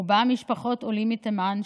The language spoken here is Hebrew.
רובן משפחות עולים מתימן,